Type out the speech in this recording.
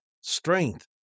strength